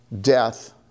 death